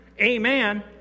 Amen